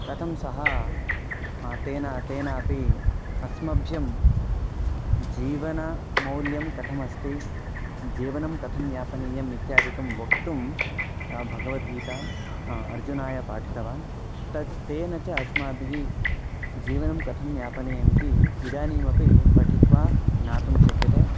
कथं सः तेन तेनापि अस्मभ्यं जीवनमौल्यं कथमस्ति जीवनं कथं यापनीयम् इत्यादिकं वक्तुं भगवद्गीताम् अर्जुनाय पाठितवान् तत् तेन च अस्माभिः जीवनं कथं यापनीयमिति इदानीमपि पठित्वा ज्ञातुं शक्यते